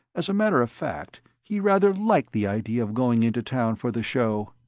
as a matter of fact, he rather liked the idea of going into town for the show.